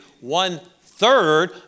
one-third